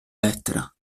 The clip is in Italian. lettera